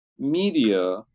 media